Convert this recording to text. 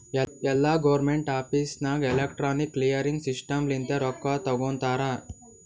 ಎಲ್ಲಾ government office ನಾಗ್ electronic clearing system ಲಿಂತೆ ರೊಕ್ಕಾ ತೊಗೋತಾರ